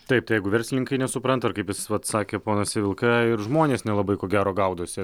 taip jeigu verslininkai nesupranta ir kaip jis vat sakė ponas civilka ir žmonės nelabai ko gero gaudosi